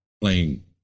playing